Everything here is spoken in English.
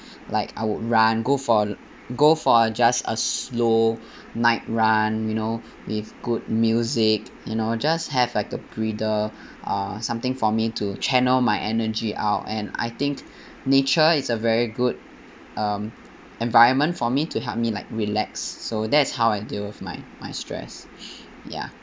like I would run go for go for uh just a slow night run you know with good music you know just have like a breather uh something for me to channel my energy out and I think nature is a very good um environment for me to help me like relax so that is how I deal with my my stress ya